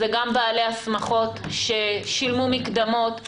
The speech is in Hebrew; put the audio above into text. זה גם בעלי השמחות ששילמו מקדמות,